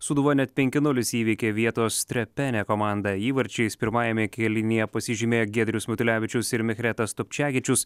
sūduva net penki nulis įveikė vietos strepene komandą įvarčiais pirmajame kėlinyje pasižymėjo giedrius matulevičius ir michretas topčegičius